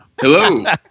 Hello